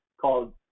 called